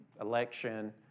election